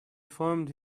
formed